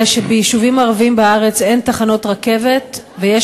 אלא שביישובים ערביים בארץ אין תחנות רכבת ויש